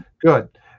good